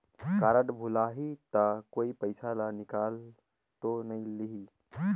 Card भुलाही ता कोई पईसा ला निकाल तो नि लेही?